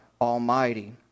Almighty